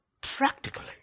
practically